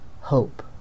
hope